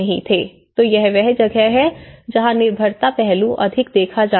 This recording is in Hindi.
तो यह वह जगह है जहाँ निर्भरता पहलू अधिक देखा जाता है